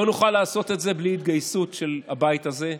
לא נוכל לעשות את זה בלי התגייסות של הבית הזה,